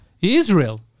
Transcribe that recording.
Israel